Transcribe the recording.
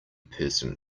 person